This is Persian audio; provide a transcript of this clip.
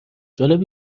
جالب